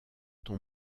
ton